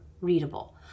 readable